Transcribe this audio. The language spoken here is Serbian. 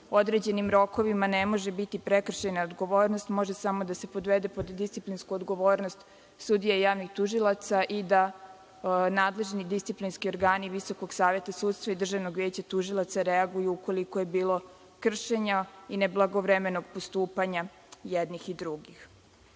određenim rokovima ne može biti prekršajna odgovornost, može samo da se podvede pod disciplinsku odgovornost sudija i javnih tužilaca i da nadležni disciplinski organi Visokog saveta sudstva i Državnog veća tužilaca reaguju ukoliko je bilo kršenja i neblagovremenog postupanja jednih i drugih. Što